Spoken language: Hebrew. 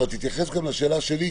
אבל תתייחס גם לשאלה שלי,